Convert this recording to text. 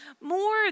more